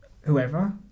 whoever